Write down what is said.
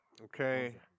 Okay